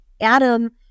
Adam